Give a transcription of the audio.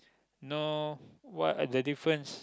know what are the difference